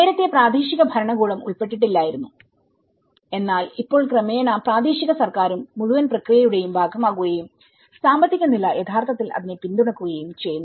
നേരത്തെ പ്രാദേശിക ഭരണകൂടം ഉൾപ്പെട്ടിട്ടില്ലായിരുന്നുഎന്നാൽ ഇപ്പോൾ ക്രമേണ പ്രാദേശിക സർക്കാരും മുഴുവൻ പ്രക്രിയയുടെയും ഭാഗമാകുകയും സാമ്പത്തിക നില യഥാർത്ഥത്തിൽ അതിനെ പിന്തുണയ്ക്കുകയും ചെയ്യുന്നു